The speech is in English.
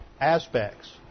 aspects